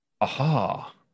Aha